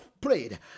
Prayed